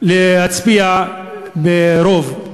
להצביע ברוב,